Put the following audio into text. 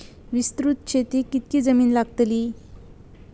विस्तृत शेतीक कितकी जमीन लागतली?